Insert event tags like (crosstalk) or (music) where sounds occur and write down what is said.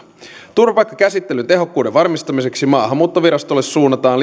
turvapaikkakäsittelyn tehokkuuden varmistamiseksi maahanmuuttovirastolle suunnataan (unintelligible)